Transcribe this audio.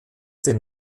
den